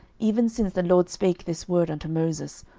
even since the lord spake this word unto moses,